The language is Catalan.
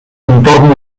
entorn